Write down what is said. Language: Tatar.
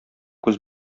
күз